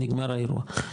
נגמר האירוע,